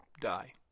die